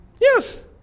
Yes